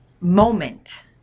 moment